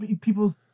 people